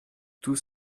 tous